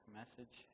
message